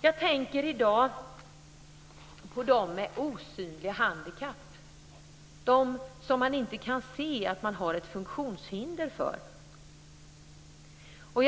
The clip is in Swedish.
Jag tänker i dag på dem med osynliga handikapp, dvs. de som har ett funktionshinder som man inte kan se.